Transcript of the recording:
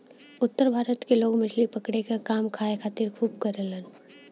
उत्तर भारत के लोग मछली पकड़े क काम खाए खातिर खूब करलन